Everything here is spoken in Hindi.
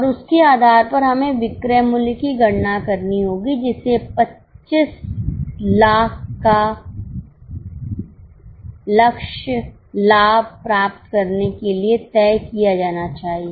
और उसके आधार पर हमें विक्रय मूल्य की गणना करनी होगी जिसे 2500000 का लक्ष्य लाभ प्राप्त करने के लिए तय किया जाना चाहिए